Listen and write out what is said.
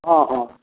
हँ हँ